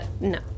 no